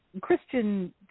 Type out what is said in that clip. Christian